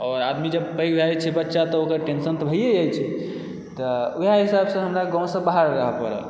आओर आदमी जब पैघ भए जाइ छै बच्चा तब ओकर टेंशन तऽ भइए जाइ छै तऽ वएह हिसाबसँ हमरा गाँवसँ बाहर रहय पड़ल